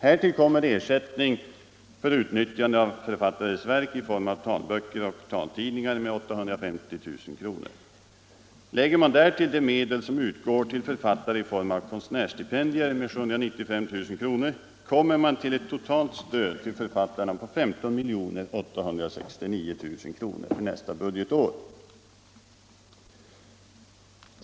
Härtill kommer ersättning för utnyttjande av författares verk i form av talböcker och taltidningar med 850 000 kr. Lägger man därtill de medel som utgår till författare i form av konstnärsstipendier med 795 000 kr. kommer man till ett totalt stöd till författarna på 15 869 000 kr. för nästa budgetår.